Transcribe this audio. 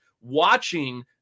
watching